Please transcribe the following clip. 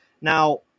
Now